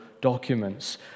documents